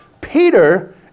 Peter